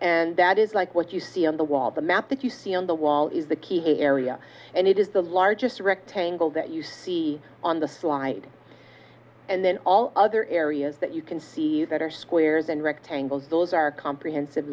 and that is like what you see on the wall the map that you see on the wall is the key area and it is the largest rectangle that you see on the slide and then all other areas that you can see that are squares and rectangles those are comprehensive